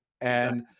and-